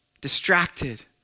Distracted